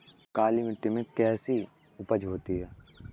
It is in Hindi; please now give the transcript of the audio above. काली मिट्टी में कैसी उपज होती है?